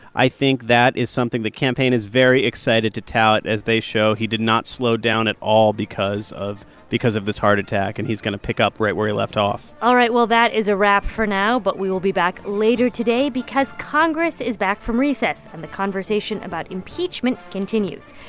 i think that is something the campaign is very excited to tout as they show he did not slow down at all because of because of this heart attack. and he's going to pick up right where he left off all right. well that is a wrap for now, but we will be back later today because congress is back from recess, and the conversation about impeachment continues,